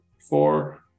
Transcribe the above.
four